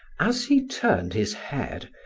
as he turned his head,